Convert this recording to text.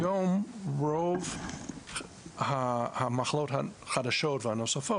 היום רוב המחלות החדשות והנוספות,